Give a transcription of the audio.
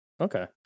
okay